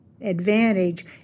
advantage